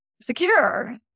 secure